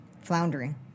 floundering